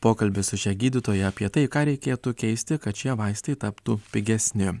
pokalbis su šia gydytoja apie tai ką reikėtų keisti kad šie vaistai taptų pigesni